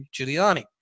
Giuliani